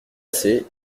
assez